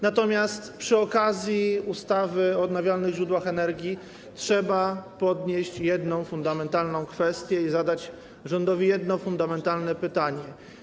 Natomiast przy okazji ustawy o odnawialnych źródłach energii trzeba podnieść jedną fundamentalną kwestię i zadać rządowi jedno fundamentalne pytanie: